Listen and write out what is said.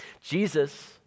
Jesus